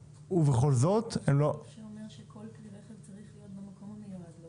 יש סעיף שאומר שכל כלי רכב צריך להיות במקום המיועד לו.